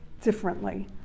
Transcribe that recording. differently